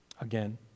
again